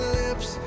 lips